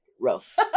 rough